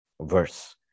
verse